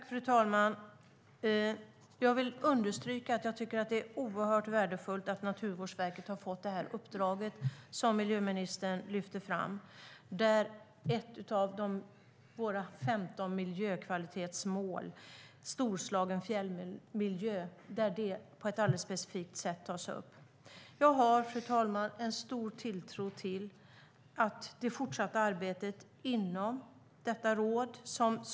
Fru talman! Jag vill understryka att jag tycker att det är oerhört värdefullt att Naturvårdsverket har fått uppdraget som miljöministern lyfter fram där ett av våra 15 miljökvalitetsmål, Storslagen fjällmiljö, tas upp på ett specifikt sätt. Jag har, fru talman, en stor tilltro till det fortsatta arbetet inom Nationella Snöskoterrådet.